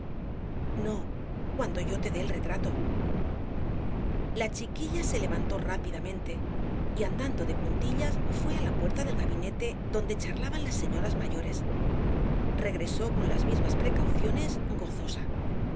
no cuando yo te dé el retrato la chiquilla se levantó rápidamente y andando de puntillas fué á la puerta del gabinete donde charlaban las señoras mayores regresó con las mismas precauciones gozosa